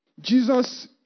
Jesus